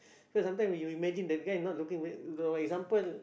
so sometime you imagine that guy not looking for you for example